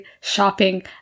shopping